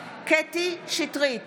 קטי קטרין שטרית,